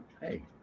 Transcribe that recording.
Hey